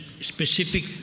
specific